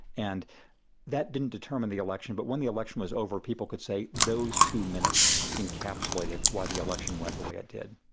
and that didn't determine the election, but when the election was over, people could say, those two minutes encapsulated why the election went the way it did.